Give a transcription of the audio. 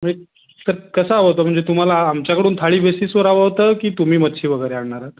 veg क कसं हवं होतं म्हणजे तुम्हाला आमच्याकडून थाळी बेसिसवर हवं होतं की तुम्ही मच्छी वगैरे आणणार आहात